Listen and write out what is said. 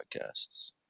podcasts